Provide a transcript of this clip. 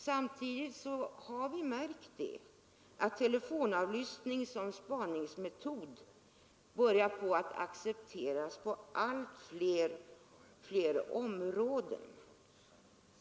Samtidigt har vi märkt att telefonavlyssning som spaningsmetod börjar accepteras på allt fler områden.